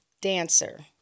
dancer